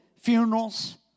funerals